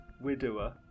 widower